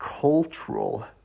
cultural